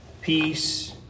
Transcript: Peace